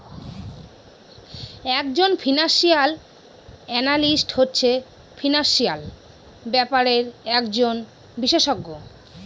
এক জন financial analyst হচ্ছে ফিনান্সিয়াল ব্যাপারের একজন বিশষজ্ঞ